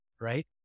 right